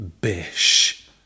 Bish